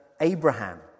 Abraham